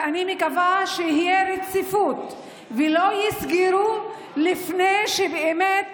ואני מקווה שתהיה רציפות ולא יסגרו לפני שבאמת